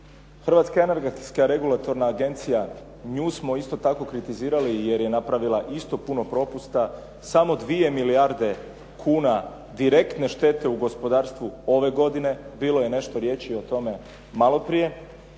Hrvatska energetska regulatorna agencija, nju smo isto tako kritizirali jer je napravila isto puno propusta, samo 2 milijarde kuna direktne štete u gospodarstvu ove godine, bilo je nešto riječi o tome maloprije.